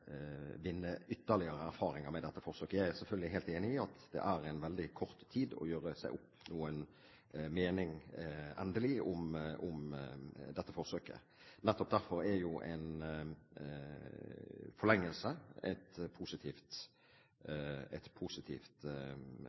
vinne ytterligere erfaringer med dette forsøket. Jeg er selvfølgelig helt enig i at det er veldig kort tid å gjøre seg opp noen endelig mening om dette forsøket. Nettopp derfor er jo en forlengelse et positivt